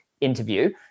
interview